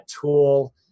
tool